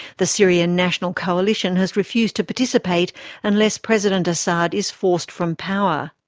the syrian national coalition has refused to participate unless president assad is forced from power.